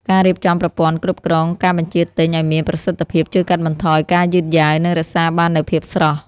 ការរៀបចំប្រព័ន្ធគ្រប់គ្រងការបញ្ជាទិញឱ្យមានប្រសិទ្ធភាពជួយកាត់បន្ថយការយឺតយ៉ាវ និងរក្សាបាននូវភាពស្រស់។